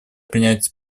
принять